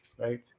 right